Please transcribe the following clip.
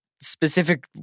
specific